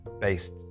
based